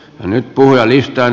nyt puhujalistaan